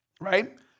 right